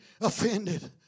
offended